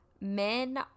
men